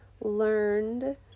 learned